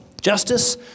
justice